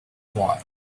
boy